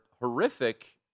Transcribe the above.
horrific